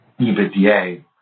EBITDA